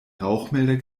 rauchmelder